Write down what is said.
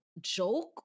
joke